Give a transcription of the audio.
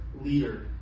Leader